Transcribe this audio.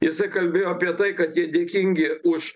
jisai kalbėjo apie tai kad jie dėkingi už